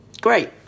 great